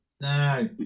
No